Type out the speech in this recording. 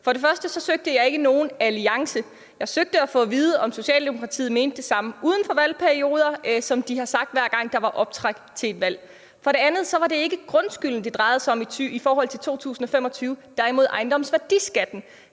For det første søgte jeg ikke nogen alliance. Jeg søgte at få at vide, om Socialdemokratiet mener det samme i en valgperiode, som det, de har sagt, hver gang der er optræk til et valg. For det andet var det ikke grundskylden, det drejede sig om i forhold til 2025, men derimod ejendomsværdiskatten.